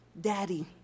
Daddy